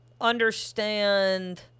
understand